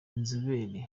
inzobere